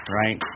right